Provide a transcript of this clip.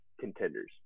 contenders